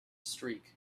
streak